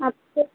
आपको